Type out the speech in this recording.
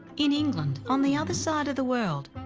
in england, on the other side of the world,